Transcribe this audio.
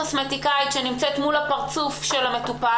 או האינטימיות של קוסמטיקאית שנמצאת מול הפרצוף של המטופל,